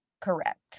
Correct